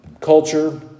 culture